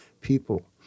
people